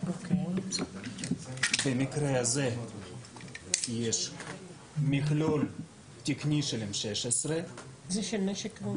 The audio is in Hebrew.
במקרה הזה יש מכלול תקני של M16. זה של נשק?